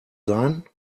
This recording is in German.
sein